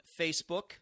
Facebook